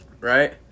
Right